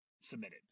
submitted